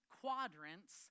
quadrants